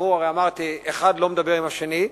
והרי אמרתי שאחד לא מדבר עם השני,